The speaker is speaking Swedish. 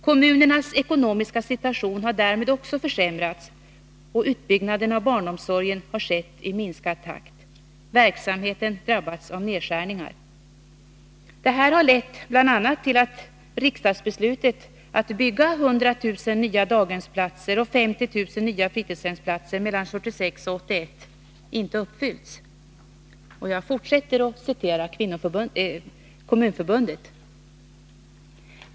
Kommunernas ekonomiska situation har därmed också försämrats och utbyggnaden av barnomsorgen har skett i minskad takt, verksamhet drabbats av nedskärningar. Detta har bl.a. lett till att riksdagsbeslutet att bygga 100 000 nya daghemsplatser och 50 000 nya fritidshemsplatser mellan 1976 och 1981 inte uppfyllts.